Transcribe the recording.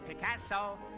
Picasso